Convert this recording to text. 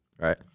Right